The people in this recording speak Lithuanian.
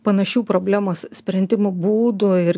panašių problemos sprendimo būdų ir